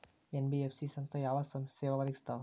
NBF ಸಂಸ್ಥಾ ಯಾವ ಸೇವಾ ಒದಗಿಸ್ತಾವ?